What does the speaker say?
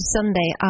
Sunday